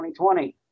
2020